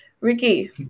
Ricky